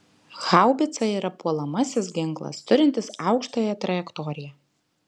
haubica yra puolamasis ginklas turintis aukštąją trajektoriją